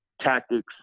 tactics